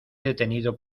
detenido